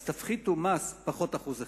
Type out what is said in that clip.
אז תפחיתו מס פחות 1%,